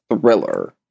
thriller